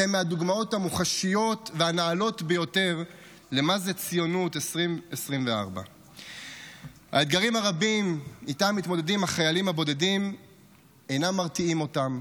אתם מהדוגמאות המוחשיות והנעלות ביותר למה זה ציונות 2024. האתגרים הרבים שאיתם מתמודדים החיילים הבודדים אינם מרתיעים אותם,